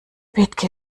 bethke